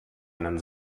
einen